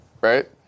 right